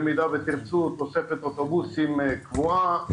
במידה ותרצו תוספת אוטובוסים קבועה,